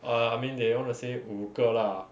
err I mean they want to say 五个 lah